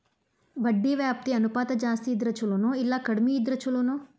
ಬಡ್ಡಿ ವ್ಯಾಪ್ತಿ ಅನುಪಾತ ಜಾಸ್ತಿ ಇದ್ರ ಛಲೊನೊ, ಇಲ್ಲಾ ಕಡ್ಮಿ ಇದ್ರ ಛಲೊನೊ?